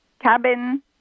cabin